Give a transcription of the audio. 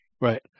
Right